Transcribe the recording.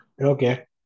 Okay